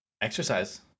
exercise